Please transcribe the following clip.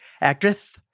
actress